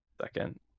second